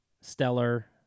Stellar